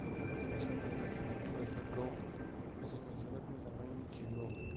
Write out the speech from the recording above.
मोब्लिब गोहोजों सोमोन्दो थानाय खैफोदफोरखौ जोङो जोबोद मोजाङै मिथिगौ